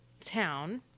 town